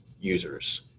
Users